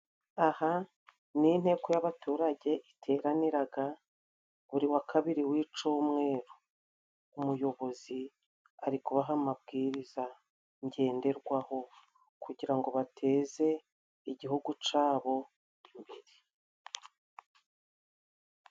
Aha ni ho inteko y'abaturage iteraniraga buri wa kabiri w'icumweru. Umuyobozi ari kubaha amabwiriza ngenderwaho kugira ngo bateze igihugu cabo imbere.